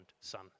son